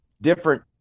different